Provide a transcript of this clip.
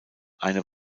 eine